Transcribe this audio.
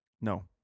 No